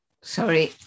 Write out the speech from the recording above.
sorry